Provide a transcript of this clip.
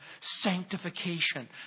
Sanctification